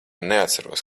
neatceros